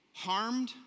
harmed